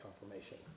confirmation